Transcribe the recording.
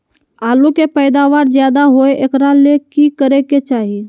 आलु के पैदावार ज्यादा होय एकरा ले की करे के चाही?